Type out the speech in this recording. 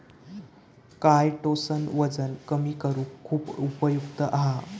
chitosan वजन कमी करुक खुप उपयुक्त हा